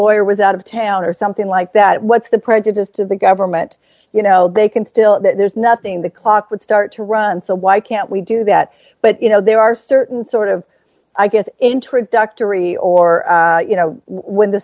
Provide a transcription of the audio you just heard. lawyer was out of town or something like that what's the prejudice to the government you know they can still there's nothing the clock would start to run so why can't we do that but you know there are certain sort of i guess introductory or you know when the